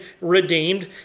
redeemed